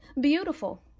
Beautiful